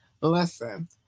Listen